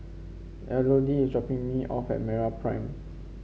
Elodie is dropping me off at MeraPrime